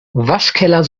waschkeller